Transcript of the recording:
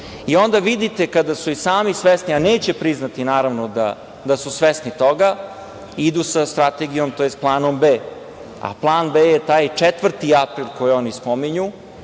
onda, vidite, kada su i sami svesni, a neće priznati da su svesni toga, idu sa strategijom, tj. planom B, a plan B je taj 4. april koji oni spominju,